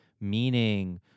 meaning